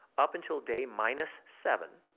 up until day minus seven,